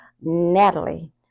Natalie